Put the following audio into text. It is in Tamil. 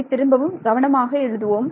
இதை திரும்பவும் கவனமாக எழுதுவோம்